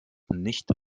nicht